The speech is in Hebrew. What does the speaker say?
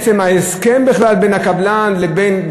עצם ההסכם בכלל בין הקבלן לבין,